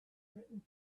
written